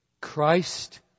Christ